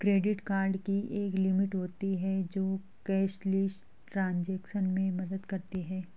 credit card की एक limit होती है जो कैशलेस ट्रांज़ैक्शन में मदद करती है